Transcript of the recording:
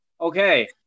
Okay